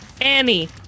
Annie